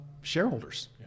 shareholders